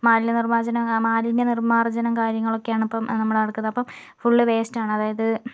മാലിന്യ നിർമാർജന മാലിന്യനിർമ്മാർജ്ജനം കാര്യങ്ങൾ ഒക്കെയാണ് ഇപ്പം നമ്മൾ നടക്കുന്നത് അപ്പം ഫുള്ള് വേസ്റ്റ് ആണ് അതായത്